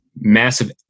massive